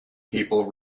people